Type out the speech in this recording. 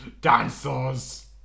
Dinosaurs